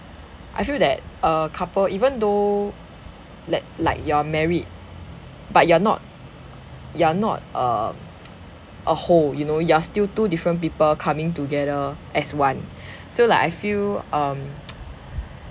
I feel that a couple even though l~ like you're married but you are not you are not err a whole you know you are still two different people coming together as one so like I feel um